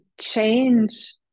change